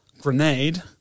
Grenade